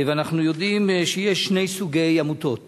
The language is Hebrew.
ואנחנו יודעים שיש שני סוגי עמותות: